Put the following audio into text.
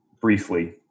briefly